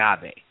agave